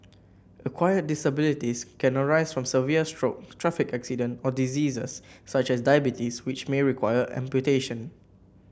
acquired disabilities can arise from severe stroke traffic accident or diseases such as diabetes which may require amputation